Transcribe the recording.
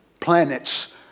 planets